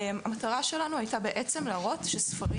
המטרה שלנו הייתה בעצם להראות שספרים